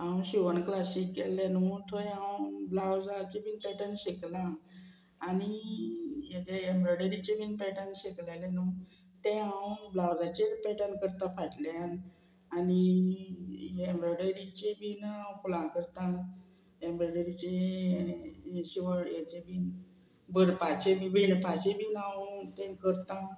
हांव शिवण क्लासीक गेल्लें न्हू थंय हांव ब्लावजाचें बीन पॅटर्न शिकलां आनी हेजे एम्ब्रॉयडरीचें बीन पॅटर्न शिकलेलें न्हू तें हांव ब्लावजाचेर पॅटर्न करतां फाटल्यान आनी एम्ब्रॉयडरीचे बीन हांव फुलां करता एम्ब्रॉयडरीचे शिवण हेचे बीन भरपाचे बी विणपाचे बीन हांव ते करता